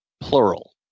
plural